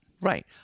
Right